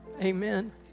amen